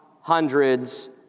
hundreds